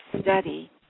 study